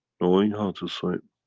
knowing how to swim,